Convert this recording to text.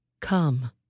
Come